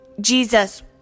Jesus